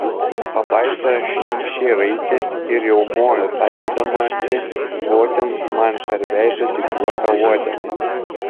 pabaisa šlykščiai raitėsi ir riaumojo taikydamasi tvoti man per veidą dygliuota uodega